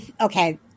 okay